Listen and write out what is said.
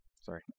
Sorry